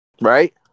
right